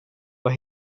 vad